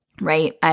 right